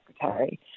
Secretary